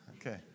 Okay